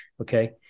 Okay